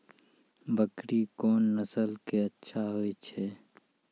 बकरी कोन नस्ल के अच्छा होय छै?